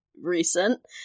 recent